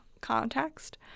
context